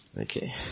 Okay